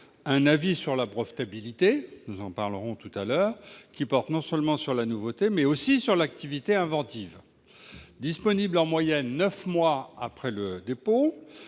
un avis sur la brevetabilité- nous en parlerons tout à l'heure -, qui porte non seulement sur la nouveauté, mais aussi sur l'activité inventive. Disponible en moyenne neuf mois après le dépôt,